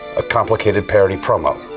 a complicated parody promo.